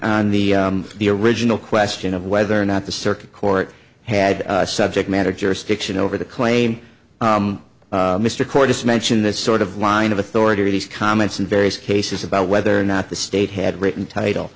on the the original question of whether or not the circuit court had subject matter jurisdiction over the claim mr cord just mentioned that sort of line of authority these comments in various cases about whether or not the state had written title